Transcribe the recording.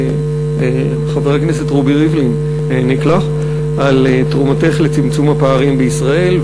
וחבר הכנסת רובי ריבלין העניק לך אותו על תרומתך לצמצום הפערים בישראל,